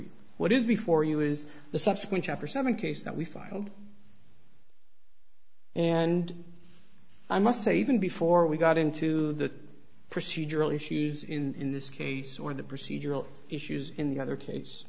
you what is before you is the subsequent chapter seven case that we filed and i must say even before we got into the procedural issues in this case or the procedural issues in the other cas